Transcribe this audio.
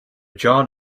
john